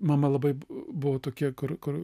mama labai buvo tokia kur kur